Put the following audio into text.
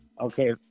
Okay